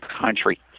country